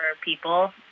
people